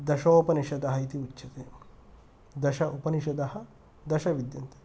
दशोपनिषदः इति उच्यते दश उपनिषदः दश विद्यन्ते